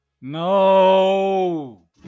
No